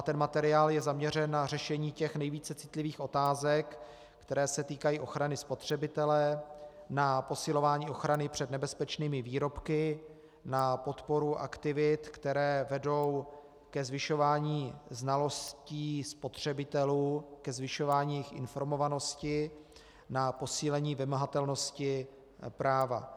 Ten materiál je zaměřen na řešení těch nejvíce citlivých otázek, které se týkají ochrany spotřebitele, na posilování ochrany před nebezpečnými výrobky, na podporu aktivit, které vedou ke zvyšování znalostí spotřebitelů, ke zvyšování jejich informovanosti, na posílení vymahatelnosti práva.